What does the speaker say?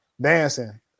dancing